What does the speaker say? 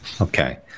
Okay